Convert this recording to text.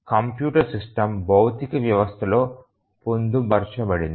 computer system భౌతిక వ్యవస్థలో పొందుపరచబడింది